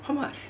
how much